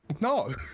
No